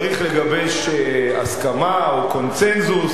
לגבש הסכמה או קונסנזוס.